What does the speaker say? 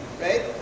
right